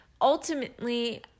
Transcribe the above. Ultimately